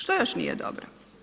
Što još nije dobro?